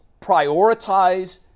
prioritize